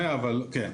כן,